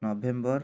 November